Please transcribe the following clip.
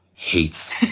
hates